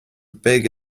big